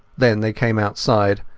then they came outside,